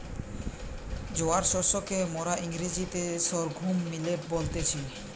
জোয়ার শস্যকে মোরা ইংরেজিতে সর্ঘুম মিলেট বলতেছি